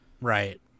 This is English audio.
Right